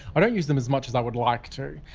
i don't use them as much as i would like to.